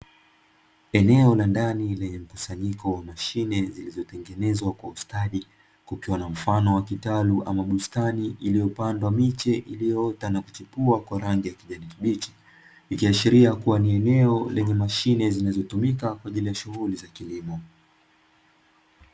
Eneo la ndani lenye mkusanyiko wa mashine zilizotengenezwa kwa stadi, kukiwa na mfano wa kitalu ama bustani iliyopandwa miche iliyoota na kuchipua kwa rangi ya kijani kibichi, ikiashiria kuwa ni eneo lenye mashine zinazotumika kwa ajili ya shughuli za kilimo.